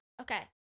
okay